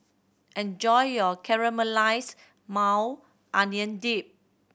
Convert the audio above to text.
enjoy your Caramelized Maui Onion Dip